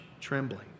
trembling